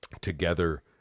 Together